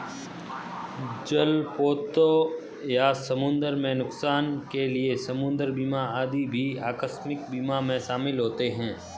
जलपोतों या समुद्र में नुकसान के लिए समुद्र बीमा आदि भी आकस्मिक बीमा में शामिल होते हैं